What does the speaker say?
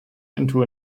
into